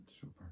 Super